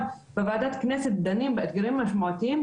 בוועדת הכנסת דנים באתגרים המשמעותיים,